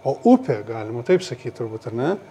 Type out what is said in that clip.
o upė galima taip sakyt turbūt ar ne